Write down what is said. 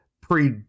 pre